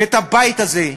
ואת הבית הזה,